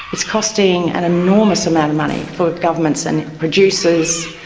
it's costing an enormous amount of money for governments and producers